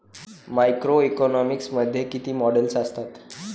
Macroeconomics मध्ये किती models असतात?